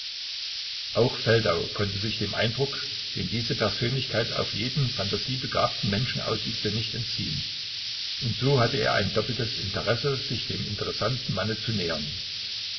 auch feldau konnte sich dem eindruck den diese persönlichkeit auf jeden phantasiebegabten menschen ausübte nicht entziehen und so hatte er ein doppeltes interesse sich dem interessanten manne zu nähern